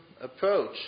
approach